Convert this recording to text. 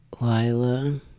Lila